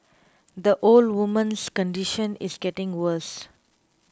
the old woman's condition is getting worse